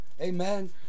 Amen